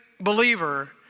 believer